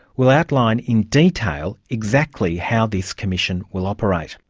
will outline in detail exactly how this commission will operate.